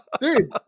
Dude